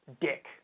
Dick